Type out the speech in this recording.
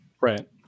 Right